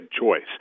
Choice